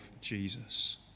Jesus